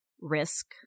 risk